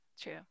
True